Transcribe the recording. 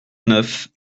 neuf